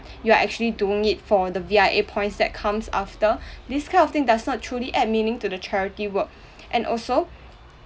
you are actually doing it for the V_I_A points that comes after this kind of thing does not truly add meaning to the charity work and also